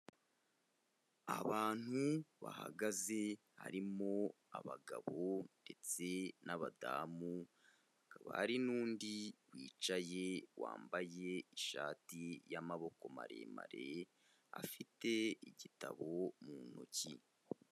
Abantu bahagaze harimo abagabo ndetse n'abadamu, hakaba hari n'undi wicaye wambaye ishati y'amaboko maremare, afite igitabo mu ntoki.